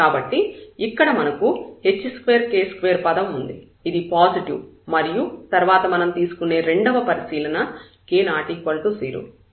కాబట్టి ఇక్కడ మనకు h2k2 పదం ఉంది ఇది పాజిటివ్ మరియు తర్వాత మనం తీసుకునే రెండవ పరిశీలన k ≠0